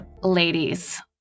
Ladies